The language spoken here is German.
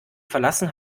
verlassen